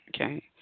Okay